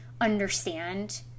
understand